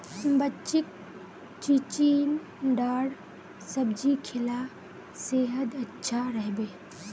बच्चीक चिचिण्डार सब्जी खिला सेहद अच्छा रह बे